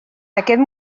aquest